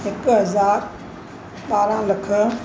हिकु हज़ार ॿारहं लख